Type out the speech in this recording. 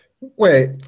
Wait